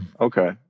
Okay